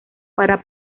para